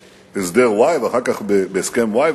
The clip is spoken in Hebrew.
בהסכם-וואי,